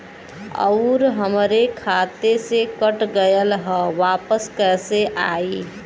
आऊर हमरे खाते से कट गैल ह वापस कैसे आई?